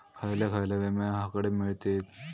खयले खयले विमे हकडे मिळतीत?